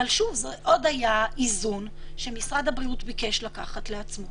אבל שוב זה היה עוד איזון שמשרד הבריאות ביקש לקחת לעצמו.